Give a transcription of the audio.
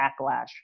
backlash